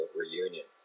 reunion